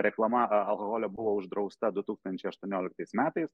reklama a alkoholio buvo uždrausta du tūkstančiai aštuonioliktais metais